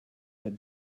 had